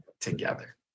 together